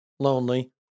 lonely